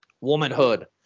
womanhood